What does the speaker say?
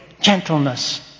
gentleness